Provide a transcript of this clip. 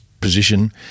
position